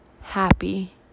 happy